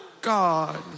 God